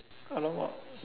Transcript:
!alamak!